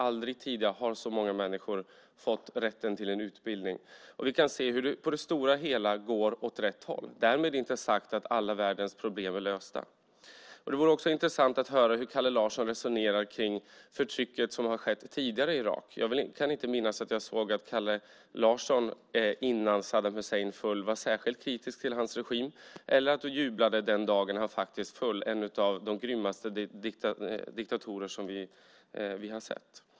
Aldrig tidigare har så många människor fått rätt till en utbildning. Vi kan se hur det på det stora hela går åt rätt håll. Därmed inte sagt att alla världens problem är lösta. Det vore intressant att få höra hur Kalle Larsson resonerar kring det förtryck som har skett tidigare i Irak. Jag kan inte minnas att jag lade märke till att Kalle Larsson innan Saddam Hussein föll var särskilt kritisk till hans regim eller att du jublade den dagen han faktiskt föll, en av de grymmaste diktatorer som vi har sett.